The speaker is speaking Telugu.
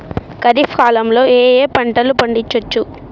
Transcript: ఖరీఫ్ కాలంలో ఏ ఏ పంటలు పండించచ్చు?